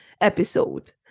episode